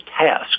task